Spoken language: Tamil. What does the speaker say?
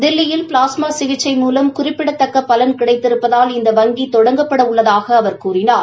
தில்லியில் ப்ளாஸ்மா சிகிச்சை மூலம் குறிப்பிடத்தக்க பலன் கிடைத்திருப்பதால் இந்த வங்கி தொடங்கப்பட உள்ளதாக அவர் கூறினார்